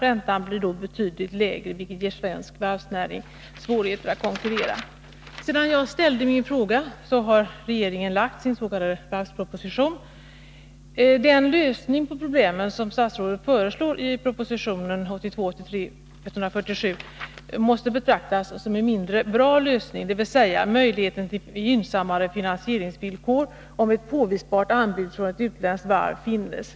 Räntan blir då betydligt lägre, vilket medför svårigheter för svensk varvsnäring när det gäller att konkurrera. Efter det att jag framställt min fråga har regeringen lagt fram sin s.k. varvsproposition, proposition 1982/83:147. Den lösning på problemen som statsrådet föreslår i propositionen måste betraktas som en mindre god lösning. Det handlar alltså om möjligheten till gynnsammare finansieringsvillkor om ett påvisbart anbud från ett utländskt varv finns.